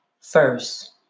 first